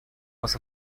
was